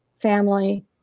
family